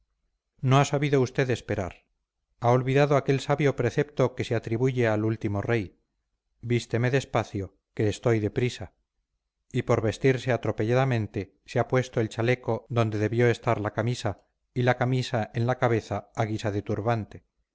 no ha sabido usted esperar ha olvidado aquel sabio precepto que se atribuye al último rey vísteme despacio que estoy de prisa y por vestirse atropelladamente se ha puesto el chaleco donde debió estar la camisa y la camisa en la cabeza a guisa de turbante